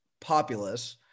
populace